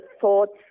thoughts